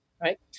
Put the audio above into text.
right